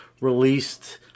released